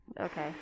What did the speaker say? okay